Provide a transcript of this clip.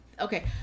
Okay